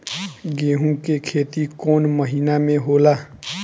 गेहूं के खेती कौन महीना में होला?